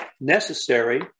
necessary